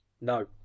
No